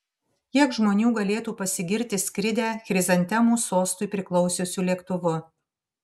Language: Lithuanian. kiek žmonių galėtų pasigirti skridę chrizantemų sostui priklausiusiu lėktuvu